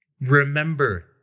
remember